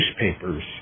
newspapers